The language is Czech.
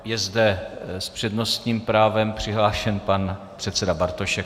Je zde s přednostním právem přihlášen pan předseda Bartošek.